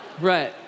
Right